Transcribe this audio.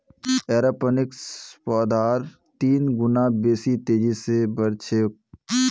एरोपोनिक्सत पौधार तीन गुना बेसी तेजी स बढ़ छेक